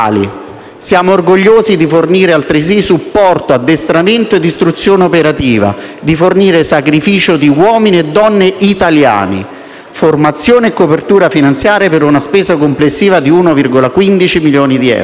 siamo orgogliosi di fornire altresì supporto, addestramento ed istruzione operativa, di fornire sacrificio di uomini e donne italiani, formazione e copertura finanziaria per una spesa complessiva di 1,15 milioni di euro.